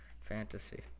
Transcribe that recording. fantasy